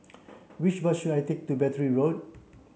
which bus should I take to Battery Road